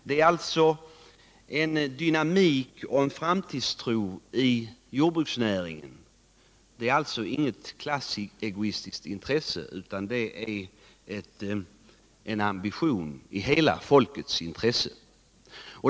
Det är en dynamik och en framtidstro i jordbruksnäringen. Det är inget klassegoistiskt intresse utan det är en ambition i hela folkets intresse.